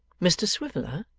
mr swiveller,